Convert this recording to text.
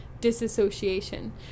disassociation